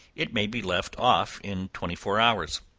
it may be left off in twenty-four hours.